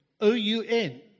O-U-N